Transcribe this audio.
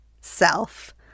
self